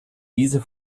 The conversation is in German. dieser